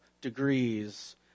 degrees